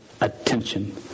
attention